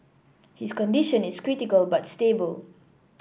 his condition is critical but stable